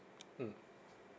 mm